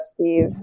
Steve